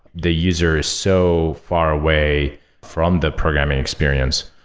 the user is so far away from the programming experience.